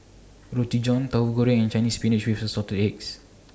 Roti John Tahu Goreng and Chinese Spinach with Assorted Eggs